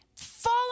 fall